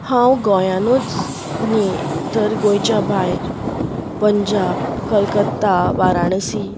हांव गोंयांतच न्ही तर गोंयच्या भायर पंजाब कलकत्ता वाराणसी